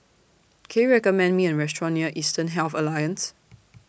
Can YOU recommend Me A Restaurant near Eastern Health Alliance